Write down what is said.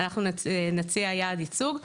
אנחנו נציע יעד ייצוג.